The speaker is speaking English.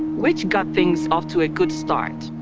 which got things off to a good start.